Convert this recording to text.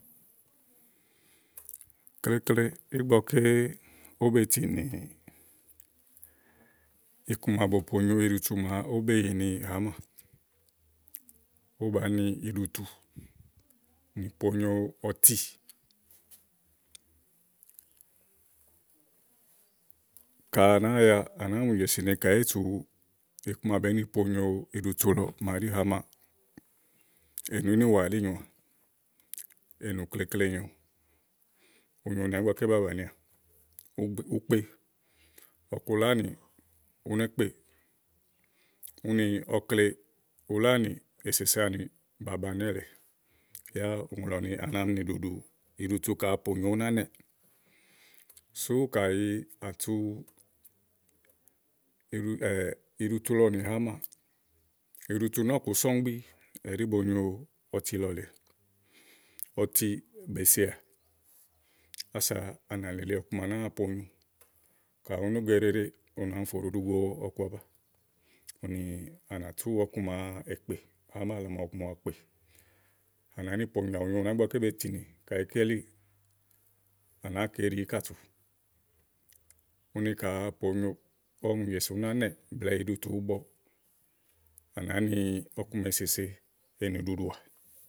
klekle ígbɔké ówó be tìni iku ma bo ponyo iɖutu màa ówó be yì ni hàámà. owo bani iɖutu nì ponyo ɔti à nàáa ya, à nàáa mù jèsì ni kayi éè tu iku ma bèé ni ponyo iɖutu lɔ màa ɖí hàámà ènù ínìwà ɛɖí nyòoà, ènù klekle nyòo ù nyonìà ígbɔké ba bànìà ùú kpe ɔku ulánì, ú né kpèè, úni ɔkle ulánì èsèse ànì ba ba nélèe yá ù ŋlɔ ni à nà mini ɖùɖù iɖutu ka à ponyo ú ná nɛ̀ɛ sú kàyi à tu iɖu iɖutu lɔ nì hàá mà, iɖutu nɔ́ɔ̀ku sɔ̀ŋgbí ɛɖí bo nyo ɔti lɔ lèe ɔti bèe seà, ása à nà lili ɔku ma bàáa ponyo. kà ú ná go eɖeɖe, ù nà mi fò ɖuɖu go ɔkuaba. úni à nàtú ɔku màa èkpè, hàá mà lɔ nɔ̀ku ma èkpè, à nàá ni pòomlanyo ù nyonìà ígbɔké be tinì kayi káyí elíì, à nàáa ko íɖi íkàtù. úni kàa pòo nyo ɔwɔ mù jèsì ni ú ná nɛ̀ɛ̀ blɛ̀ɛ iɖutu ùú bɔ, à nàá ni ɔku màa èsèse à nàá ni ɖùɖùà.